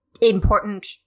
important